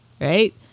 right